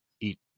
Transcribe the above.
eat